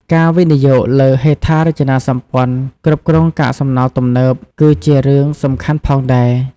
ការវិនិយោគលើហេដ្ឋារចនាសម្ព័ន្ធគ្រប់គ្រងកាកសំណល់ទំនើប គឺជារឿងសំខាន់ផងដែរ។